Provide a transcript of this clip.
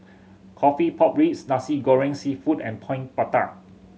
coffee pork ribs Nasi Goreng Seafood and Coin Prata